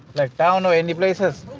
like town or any places.